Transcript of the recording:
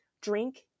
drink